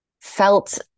felt